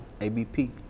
ABP